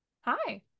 hi